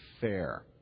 fair